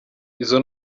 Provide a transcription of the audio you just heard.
izo